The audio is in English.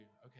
okay